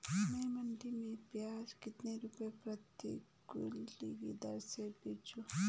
मैं मंडी में प्याज कितने रुपये प्रति क्विंटल की दर से बेचूं?